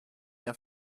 bien